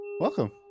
Welcome